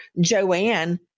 Joanne